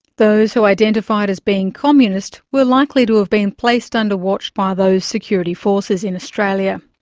those who identified as being communist were likely to have been placed under watch by those security forces in australia.